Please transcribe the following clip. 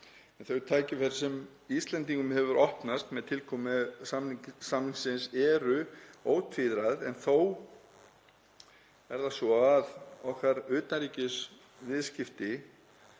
Þau tækifæri sem Íslendingum hafa opnast með tilkomu samningsins eru ótvíræð en þó er það svo að utanríkisviðskipti